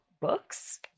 books